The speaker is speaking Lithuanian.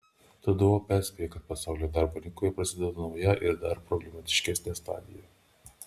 tdo perspėja kad pasaulio darbo rinkoje prasideda nauja ir dar problemiškesnė stadija